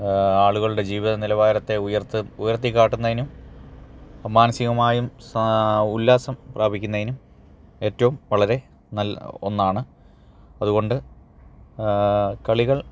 ആളുകളുടെ ജീവിതനിലവാരത്തെ ഉയർത്തിക്കാട്ടുന്നതിനും മാനസികമായും ഉല്ലാസം പ്രാപിക്കുന്നതിനും ഏറ്റവും വളരെ നല്ല ഒന്നാണ് അതുകൊണ്ട് കളികൾ